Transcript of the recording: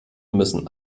müssen